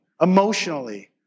emotionally